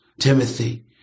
Timothy